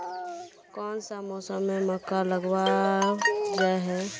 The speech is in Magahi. कोन सा मौसम में मक्का लगावल जाय है?